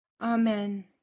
Amen